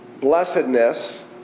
blessedness